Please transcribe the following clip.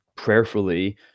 prayerfully